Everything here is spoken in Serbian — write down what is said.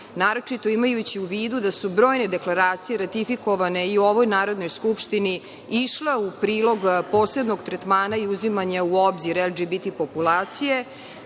naročito imajući u vidu da su brojne deklaracije ratifikovane i u ovoj Narodnoj skupštini išle u prilog posebnog tretmana i uzimanja u obzir LGBT populacije. Mi